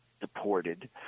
deported